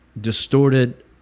distorted